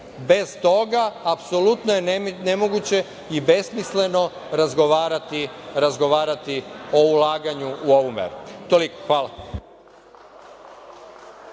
Bez toga apsolutno je nemoguće i besmisleno razgovarati o ulaganju u ovu meru. Toliko. Hvala.